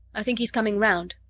i think he's coming round,